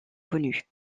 connue